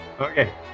Okay